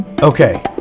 Okay